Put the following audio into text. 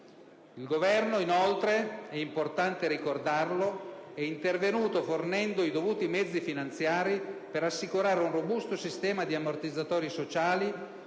Il Governo inoltre - è importante ricordarlo - è intervenuto fornendo i dovuti mezzi finanziari per assicurare un robusto sistema di ammortizzatori sociali